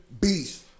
beast